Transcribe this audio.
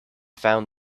found